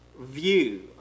view